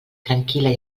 tranquil·la